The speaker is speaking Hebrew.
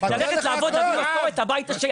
כדי ללכת לעבוד ולהביא משכורת הביתה,